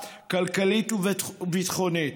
כלכלית וביטחונית.